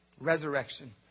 resurrection